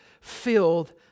filled